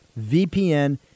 VPN